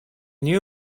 new